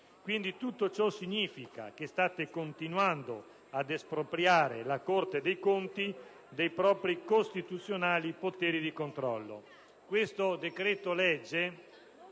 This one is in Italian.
intendersi nel senso che state continuando ad espropriare la Corte dei conti dei suoi costituzionali poteri di controllo.